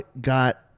got